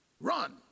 Run